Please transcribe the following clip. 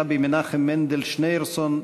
רבי מנחם מנדל שניאורסון,